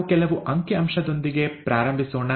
ನಾವು ಕೆಲವು ಅಂಕಿ ಅಂಶದೊಂದಿಗೆ ಪ್ರಾರಂಭಿಸೋಣ